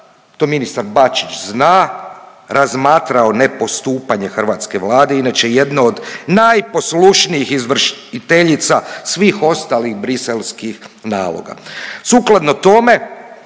to ministar Bačić zna, razmatrao ne postupanje hrvatske Vlade inače jedne od najposlušnijih izvršiteljica svih ostalih briselskih naloga.